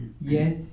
yes